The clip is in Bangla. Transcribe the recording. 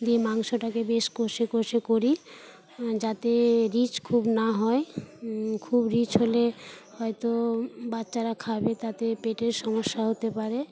দিয়ে মাংসটাকে বেশ কষে কষে করি যাতে রিচ খুব না হয় খুব রিচ হলে হয়তো বাচ্চারা খাবে তাতে পেটের সমস্যা হতে পারে